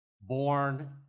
born